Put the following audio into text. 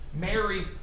Mary